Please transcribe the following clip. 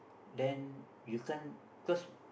then you can't because